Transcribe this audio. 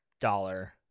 dollar